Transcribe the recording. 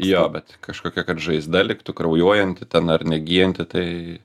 jo bet kažkokia kad žaizda liktų kraujuojanti ten ar negyjanti tai